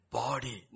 body